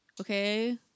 okay